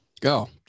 Go